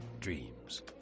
dreams